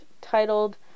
titled